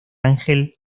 ángel